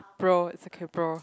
bro it's okay bro